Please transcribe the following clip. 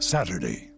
Saturday